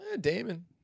Damon